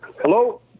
Hello